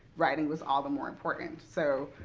writing was all the more important. so